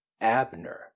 Abner